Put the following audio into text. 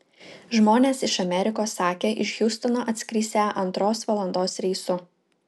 žmonės iš amerikos sakė iš hjustono atskrisią antros valandos reisu